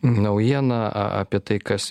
naujiena apie tai kas